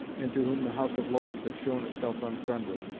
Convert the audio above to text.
and to whom the house of lords had shown itself unfriendly.